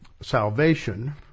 salvation